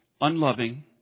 unloving